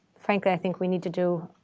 frankly i think we need to do